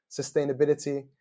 sustainability